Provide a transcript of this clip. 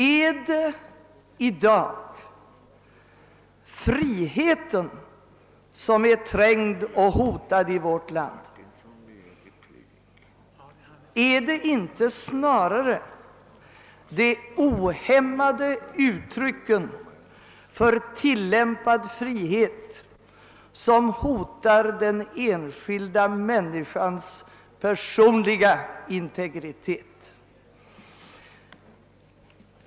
Är det i dag friheten som är trängd och hotad i vårt land? Är det inte snarare de ohämmade uttrycken för tillämpad frihet som hotar den enskilda människans personliga integritet?